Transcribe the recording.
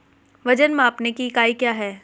वजन मापने की इकाई क्या है?